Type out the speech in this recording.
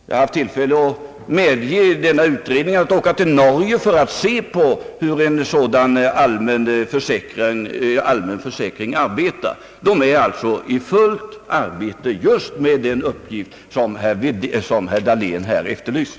Jag har haft tillfälle att medge denna utredning att åka till Norge för att studera hur en sådan allmän försäkring arbetar. Utredningen är, som sagt, fullt sysselsatt med just det arbete som herr Dahlén efterlyser.